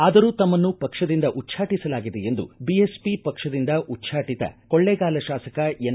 ಆದರೂ ತಮ್ಮನ್ನು ಪಕ್ಷದಿಂದ ಉಚ್ಛಾಟಸಲಾಗಿದೆ ಎಂದು ಬಿಎಸ್ಪಿ ಪಕ್ಷದಿಂದ ಉಚ್ಛಾಟತ ಕೊಳ್ಳೇಗಾಲ ಶಾಸಕ ಎನ್